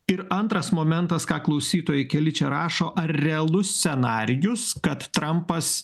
ir antras momentas ką klausytojai keli čia rašo ar realus scenarijus kad trampas